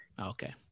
Okay